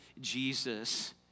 Jesus